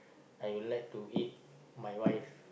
I would like to eat my wife